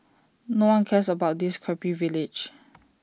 no one cares about this crappy village